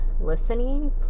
listening